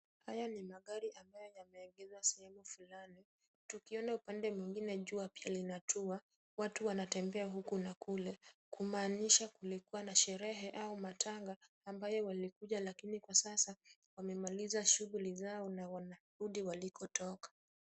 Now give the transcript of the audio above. Haya ni magari ambayo yameegeshwa sehemu fulani. Tukiona upande mwingine jua pia linatua. Watu wengine wanatembea huku na kule, kumaanisha kulikua na sherehe au matanga ambayo walikuja lakini kwa sasa wamemaliza shughuli zao na wanarudi walikotoka.